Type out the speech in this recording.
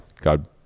God